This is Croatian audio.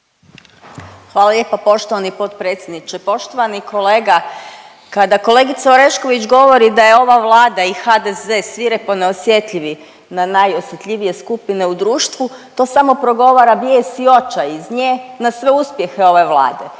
Hvala lijepa poštovani potpredsjedniče. Poštovani kolega, kada kolegica Orešković govori da je ova Vlada i HDZ svirepo neosjetljivi na najosjetljivije skupine u društvu to samo progovara bijes i očaj iz nje na sve uspjehe ove Vlade